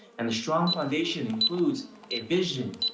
and the strong foundation includes a vision,